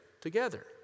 together